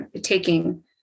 taking